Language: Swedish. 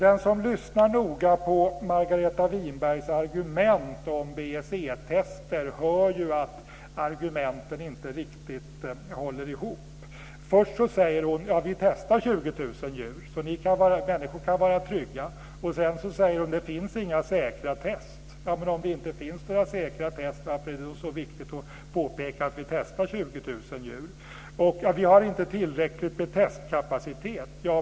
Den som lyssnar noga på Margareta Winbergs argument om BSE-tester hör ju att argumenten inte riktigt håller ihop. Först säger hon: Vi testar 20 000 djur så att människor kan vara trygga. Sedan säger hon: Det finns inga säkra test. Om det inte finns några säkra test, varför är det då så viktigt att påpeka att vi testar 20 000 djur? Sedan säger hon: Vi har inte tillräckligt med testkapacitet.